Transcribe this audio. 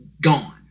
gone